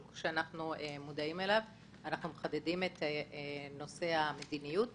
שאנחנו מודעים אליו אנחנו מחדדים את נושא המדיניות.